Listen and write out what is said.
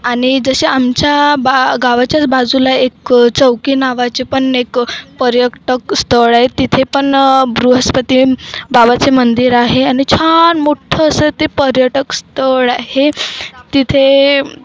आणि जसे आमच्या बा गावाच्याच बाजूला एक चौकी नावाचे पण एक पर्यटक स्थळ आहे तिथे पण बृहस्पती बाबाचे मंदिर आहे आणि छान मोठं असं ते पर्यटक स्थळ आहे तिथे